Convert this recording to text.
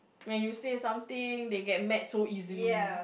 when you say something they get mad so easily